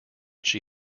she